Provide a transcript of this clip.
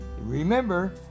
Remember